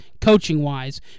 coaching-wise